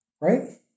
right